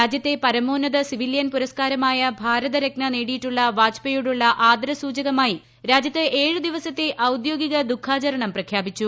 രാജ്യത്തെ പരമോന്നത സിവിലിയൻ പുരസ്കാരമായ ഭാരത രത്ന നേടിയിട്ടുള്ള വാജ്പേയിയോടുള്ള ആദരസൂചകമായി രാജ്യത്ത് ഏഴു ദിവസത്തെ ഔദ്യോഗിക ദുഖാചരണം പ്രഖ്യാപിച്ചു